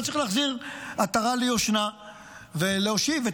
רק צריך להחזיר עטרה ליושנה ולהושיב את